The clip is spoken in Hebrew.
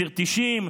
ציר 90,